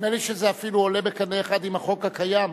נדמה לי שזה אפילו עולה בקנה אחד עם החוק הקיים,